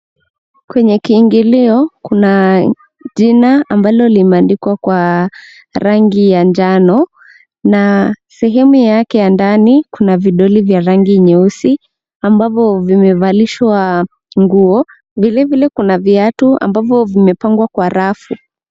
Kwenye kiingilio, kuna jina ambalo limeandikwa kwa rangi ya njano, na sehemu yake ya ndani kuna vidoli vya rangi nyeusi, ambavyo vimevalishwa nguo. Vile vile, kuna viatu ambavyo vimepangwa kwa rafu.